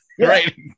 Right